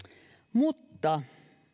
mutta